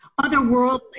otherworldly